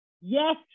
Yes